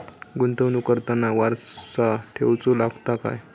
गुंतवणूक करताना वारसा ठेवचो लागता काय?